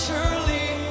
Surely